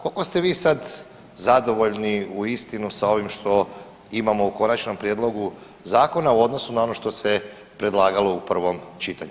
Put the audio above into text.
Koliko ste vi sada zadovoljni uistinu sa ovim što imamo u Konačnom prijedlogu zakona u odnosu na ono što se predlagalo u prvom čitanju?